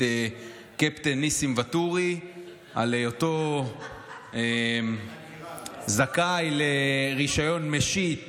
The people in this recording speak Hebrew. את קפטן ניסים ואטורי על היותו זכאי לרישיון משיט